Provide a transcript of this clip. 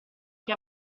che